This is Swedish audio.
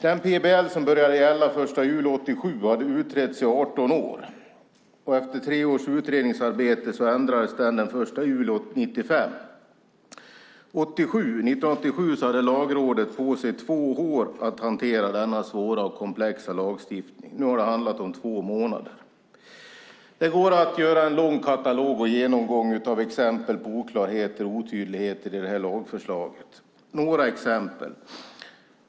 Den PBL som började gälla den 1 juli 1987 hade utretts i 18 år. Efter tre års utredningsarbete ändrades lagen den 1 juli 1995. År 1987 hade Lagrådet två år på sig att hantera denna svåra och komplexa lagstiftning. Nu har det handlat om två månader. Det går att göra en lång katalog och genomgång av exempel på oklarheter och otydligheter i detta lagförslag. Jag ska ge några exempel.